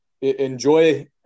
enjoy